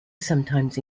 sometimes